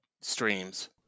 streams